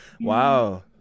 Wow